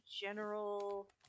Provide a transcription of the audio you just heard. general